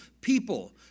people